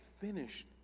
finished